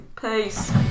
Peace